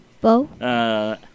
Bo